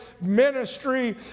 ministry